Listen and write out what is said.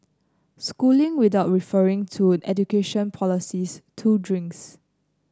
schooling without referring to education policies two drinks